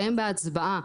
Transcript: שהם בהצבעה,